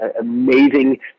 amazing